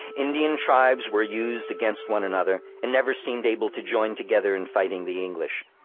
indian tribes were used against one another, and never seemed able to join together in fighting the english.